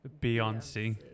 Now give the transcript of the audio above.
Beyonce